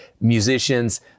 musicians